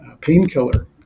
painkiller